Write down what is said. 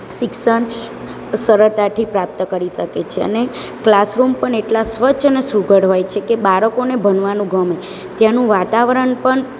શિક્ષણ સરળતાથી પ્રાપ્ત કરી શકે છે અને ક્લાસરૂમ પણ એટલા સ્વચ્છ અને સુઘડ હોય છે કે બાળકોને ભણવાનું ગમે ત્યાંનું વાતાવરણ પણ